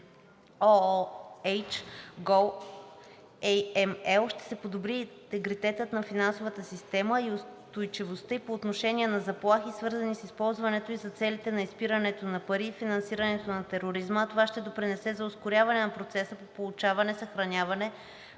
ООН goAML ще се подобри интегритетът на финансовата система и устойчивостта ѝ по отношение на заплахи, свързани с използването ѝ за целите на изпирането на пари и финансирането на тероризма, а това ще допринесе за ускоряване на процеса по получаване, съхраняване,